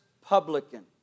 publican